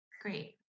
Great